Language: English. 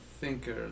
thinker